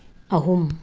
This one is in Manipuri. ꯑꯍꯨꯝ